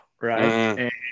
right